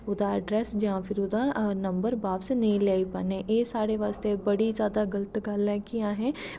ओह्दा ऐड्रस जां ओह्दा नाम बापस नेंई लेआई पान्नें ते एह् साढ़े बास्तै बड़ी जादा गलत गल्ल ऐ कि